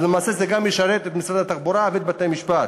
אז למעשה זה גם ישרת את משרד התחבורה ואת בתי-המשפט.